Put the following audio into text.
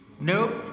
Nope